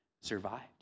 survived